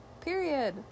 Period